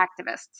activists